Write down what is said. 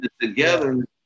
together